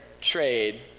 trade